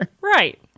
Right